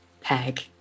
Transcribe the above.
Peg